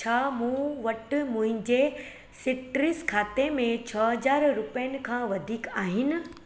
छा मूं वटि मुंहिंजे सिट्रस खाते में छह हज़ार रुपियनि खां वधीक आहिनि